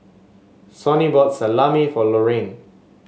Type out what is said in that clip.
Sonny bought Salami for Lorraine